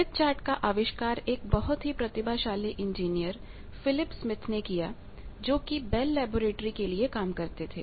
Smith chart का आविष्कार एक बहुत ही प्रतिभाशाली इंजीनियर फिलिप स्मिथ ने किया जोकि बेल्ल लेबोरेटरी के लिए काम करते थे